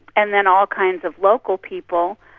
and then all kinds of local people,